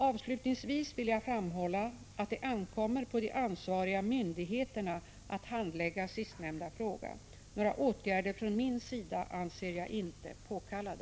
Avslutningsvis vill jag framhålla att det ankommer på de ansvariga myndigheterna att handlägga sistnämnda fråga. Några åtgärder från min sida anser jag inte påkallade.